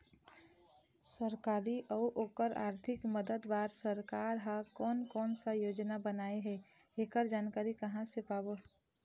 सरकारी अउ ओकर आरथिक मदद बार सरकार हा कोन कौन सा योजना बनाए हे ऐकर जानकारी कहां से पाबो?